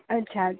અચ્છા